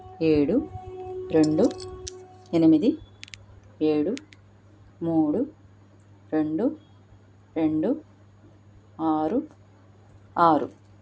ఏడు రెండు ఎనిమిది ఏడు మూడు రెండు రెండు ఆరు ఆరు